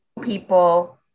people